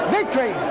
Victory